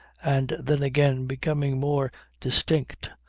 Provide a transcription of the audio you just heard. and then again becoming more distinct,